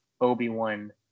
Obi-Wan